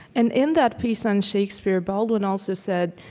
and in that piece on shakespeare, baldwin also said,